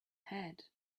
had